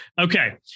Okay